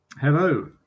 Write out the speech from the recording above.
Hello